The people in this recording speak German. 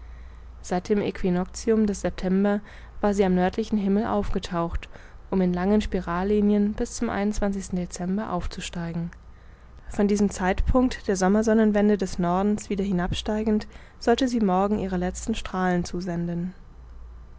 seit dem aequinoctium des september war sie am nördlichen himmel aufgetaucht um in langen spirallinien bis zum dezember aufzusteigen von diesem zeitpunkt der sommersonnenwende des nordens wieder hinabsteigend sollte sie morgen ihre letzten strahlen zusenden